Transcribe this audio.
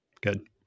Good